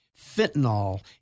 Fentanyl